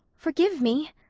forgive me,